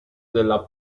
della